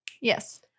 Yes